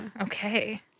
Okay